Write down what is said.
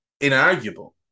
inarguable